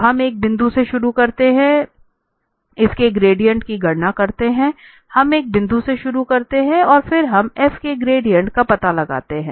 तो हम एक बिंदु से शुरू करते हैं इसके ग्रेडिएंट की गणना करते हैं हम एक बिंदु से शुरू करते हैं और फिर हम f के ग्रेडिएंट का पता लगाते हैं